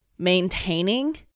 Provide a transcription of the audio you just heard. maintaining